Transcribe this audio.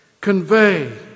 convey